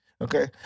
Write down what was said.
Okay